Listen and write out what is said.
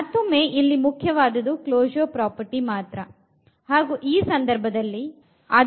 ಮತ್ತೊಮ್ಮೆ ಇಲ್ಲಿ ಮುಖ್ಯವಾದುದು ಕ್ಲೊಶೂರ್ ಪ್ರಾಪರ್ಟಿ ಮಾತ್ರ ಹಾಗು ಈ ಸಂದರ್ಭದಲ್ಲಿ ಅದು ಕೂಡ ಕ್ಷುಲ್ಲಕವಾಗಿದೆ